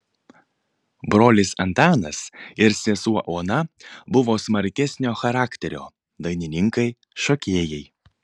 brolis antanas ir sesuo ona buvo smarkesnio charakterio dainininkai šokėjai